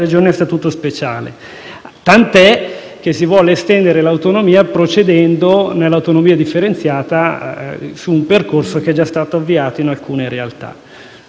Regioni a Statuto speciale, tant'è che si vuole estendere l'autonomia procedendo nell'autonomia differenziata su un percorso che è già stato avviato in alcune realtà.